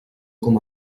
com